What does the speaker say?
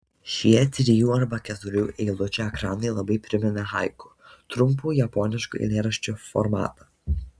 šie trijų arba keturių eilučių ekranai labai primena haiku trumpų japoniškų eilėraščių formatą